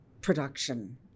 production